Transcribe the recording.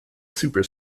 super